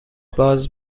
باز